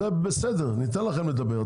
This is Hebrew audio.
בסדר, ניתן לכם לדבר.